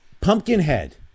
Pumpkinhead